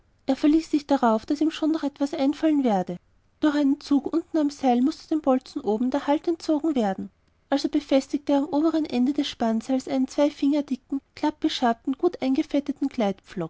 er verließ sich darauf daß ihm schon noch etwas einfallen werde durch einen zug unten am seil mußte dem bolzen oben der halt entzogen werden also befestigte er am oberen ende des spannseiles einen zwei finger dicken glattgeschabten gut